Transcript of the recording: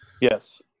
yes